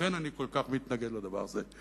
לכן אני כל כך מתנגד לדבר הזה.